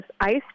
Ice